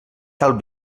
tal